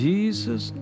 Jesus